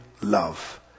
love